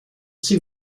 see